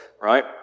right